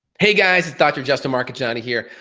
hey guys, it's dr. justin marchegiani here,